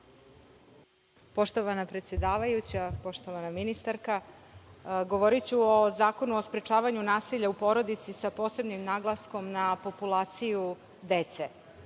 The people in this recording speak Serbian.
Poštovana predsedavajuća, poštovana ministarka, govoriću o Zakonu o sprečavanju nasilja u porodici sa posebnim naglaskom na populaciju dece.